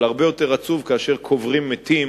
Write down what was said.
אבל הרבה יותר עצוב כאשר קוברים מתים